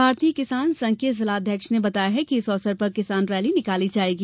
भारतीय किसान संघ के जिलाध्यक्ष ने बताया कि इस अवसर पर किसान रैली निकाली जायेगी